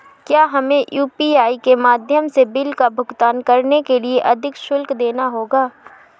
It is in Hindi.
क्या हमें यू.पी.आई के माध्यम से बिल का भुगतान करने के लिए अधिक शुल्क देना होगा?